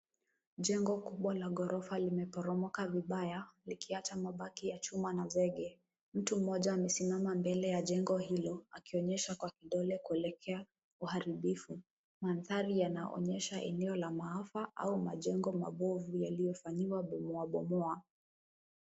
Jengo kubwa la ghorofa limeporomoka vibaya likiacha mabaki ya chuma na zege. Mtu mmoja amesimama mbele ya jengo hilo, akionyesha kwa kidole kuelekea uharibifu. Mandhari yanaonyesha eneo la maafa au majengo mabovu yaliyofanyiwa bomoa bomoa.